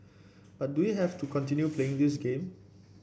but do we have to continue playing this game